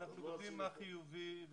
אני אנצל את זה שאתה גם רופא.